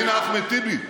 הינה אחמד טיבי.